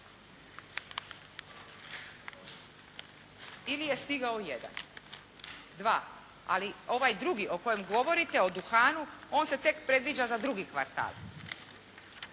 Ili je stigao jedan, dva. Ali ovaj drugi o kojem govorite o duhanu on se tek predviđa za drugi kvartal.